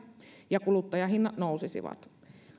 ja kuluttajahinnat nousisivat on